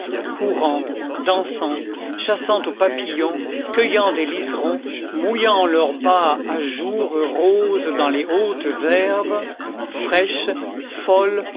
courant dansant chassant aux papillons cueillant des liserons mouillant leurs bas à jour roses dans les hautes herbes fraîches folles